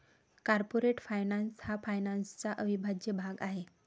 corporate finance हा फायनान्सचा अविभाज्य भाग आहे